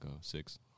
Six